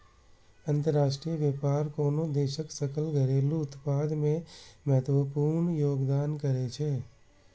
अंतरराष्ट्रीय व्यापार कोनो देशक सकल घरेलू उत्पाद मे महत्वपूर्ण योगदान करै छै